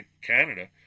Canada